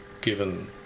given